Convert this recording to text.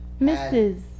Mrs